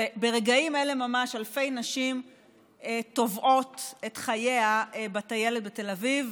שברגעים אלה ממש אלפי נשים תובעות את חייה בטיילת בתל אביב.